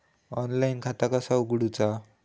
Online खाता कसा उगडूचा?